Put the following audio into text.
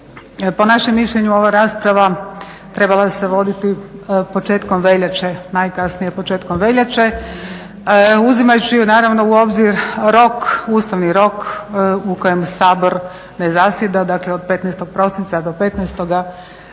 po našem mišljenju ova rasprava treba se voditi početkom veljače, najkasnije početkom veljače, uzimajući naravno u obzir rok, ustavni rok u kojem Sabor ne zasjeda dakle od 15. prosinca do 15. siječnja.